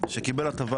שקיבל הטבה